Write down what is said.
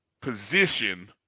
position